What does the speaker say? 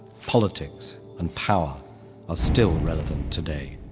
politics, and power are still relevant today,